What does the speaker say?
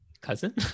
Cousin